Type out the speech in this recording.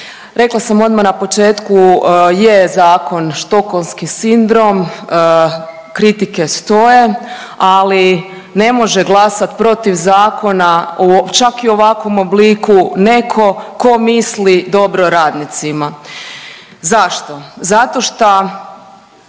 Rekla sam odma na početku je zakon štokholmski sindrom, kritike stoje, ali ne može glasat protiv zakona čak i u ovakvom obliku neko ko misli dobro radnicima. Zašto? Zato šta